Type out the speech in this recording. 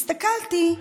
והסתכלתי.